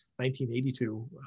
1982